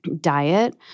diet